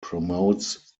promotes